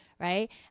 right